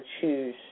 choose